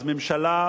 אז ממשלה,